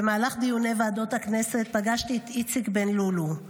במהלך דיוני ועדות הכנסת פגשתי את איציק בן לולו,